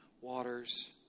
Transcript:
waters